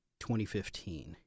2015